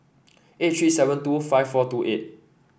eight three seven two five four two eight